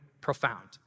profound